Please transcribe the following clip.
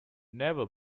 never